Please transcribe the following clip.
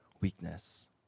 weakness